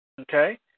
Okay